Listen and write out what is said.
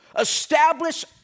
establish